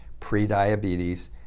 prediabetes